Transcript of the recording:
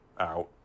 out